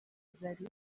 zari